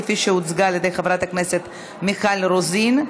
כפי שהוצגה על ידי חברת הכנסת מיכל רוזין.